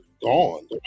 gone